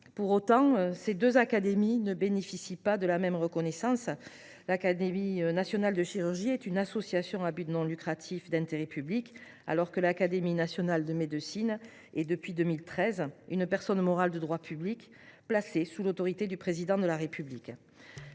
Toutefois, ces deux académies ne bénéficient pas de la même reconnaissance. L’Académie nationale de chirurgie est une association à but non lucratif, d’intérêt public, alors que l’Académie nationale de médecine est, depuis 2013, une personne morale de droit public placée sous l’autorité du Président de la République.